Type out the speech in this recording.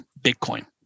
Bitcoin